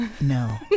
No